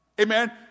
amen